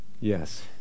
yes